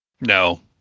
No